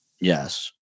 Yes